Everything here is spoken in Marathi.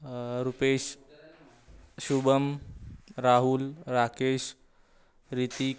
रुपेश शुभम राहुल राकेश रितीक